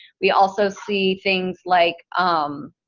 we also see things like um,